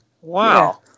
Wow